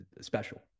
special